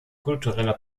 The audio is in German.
kultureller